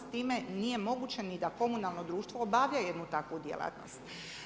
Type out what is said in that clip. S time nije moguće ni da komunalno društvo obavlja jednu takvu djelatnost.